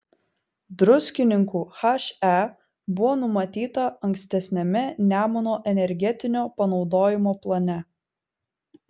druskininkų he buvo numatyta ankstesniame nemuno energetinio panaudojimo plane